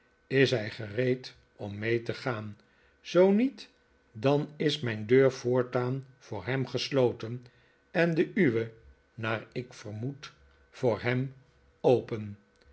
is hij gereed om mee te gaan zoo niet dan is mijn deur voortaan voor hem gesloten en de uwe naar ik vermoed voor hem open